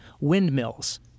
windmills